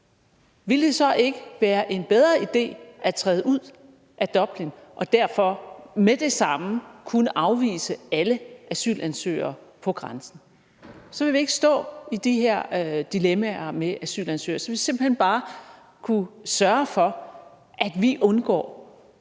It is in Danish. ville det så ikke være en bedre idé at træde ud af Dublinforordningen og dermed med det samme kunne afvise alle asylansøgere på grænsen? Så ville vi ikke stå i de her dilemmaer med asylansøgere. Så ville vi simpelt hen bare kunne sørge for, at vi undgår